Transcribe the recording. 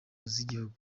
z’igihugu